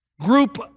group